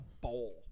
bowl